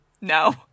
no